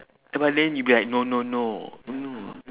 but then you'll be like no no no no